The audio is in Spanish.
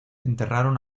enterraron